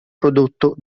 prodotto